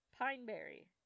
Pineberry